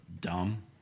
Dumb